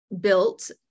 built